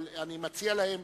אבל אני מציע להם,